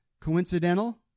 coincidental